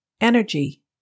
Energy